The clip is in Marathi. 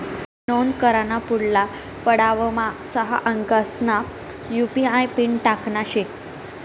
नोंद कराना पुढला पडावमा सहा अंकसना यु.पी.आय पिन टाकना शे